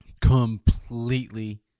Completely